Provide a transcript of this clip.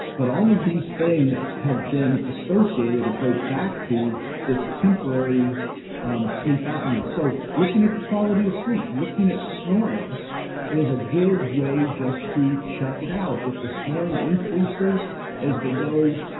but all of these things have been associated or go back to this temporary um sleep apnea. so looking at the quality of sleep, looking at snoring is a good way just to check it out. if the snoring increases as they go